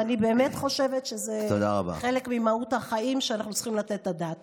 ואני באמת חושבת שזה חלק ממהות החיים שאנחנו צריכים לתת עליה את הדעת.